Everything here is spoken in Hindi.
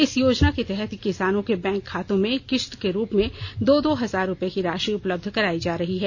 इस योजना के तहत किसानों के बैंक खातों में किस्त के रूप में दो दो हजार रुपये की राषि उपलब्ध करायी जा रही है